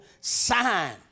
sign